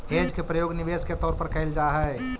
hedge के प्रयोग निवेश के तौर पर कैल जा हई